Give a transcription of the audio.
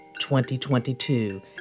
2022